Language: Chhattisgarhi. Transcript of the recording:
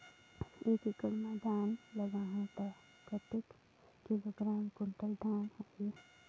एक एकड़ मां धान लगाहु ता कतेक किलोग्राम कुंटल धान होही?